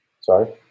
Sorry